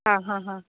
आं हां हां